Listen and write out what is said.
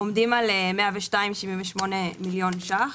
עומדים על 102.78 מיליון שקלים.